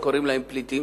שקוראים לזה פליטים,